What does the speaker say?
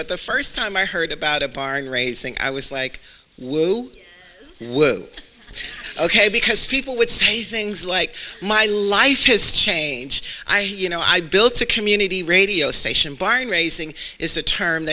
but the first time i heard about a barn raising i was like whoo whoo ok because people would say things like my life has changed i have you know i built a community radio station barn raising is a term